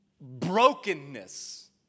Brokenness